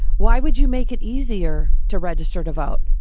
why would you make it easier to register to vote?